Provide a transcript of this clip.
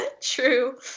True